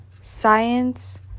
science